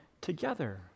together